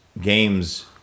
games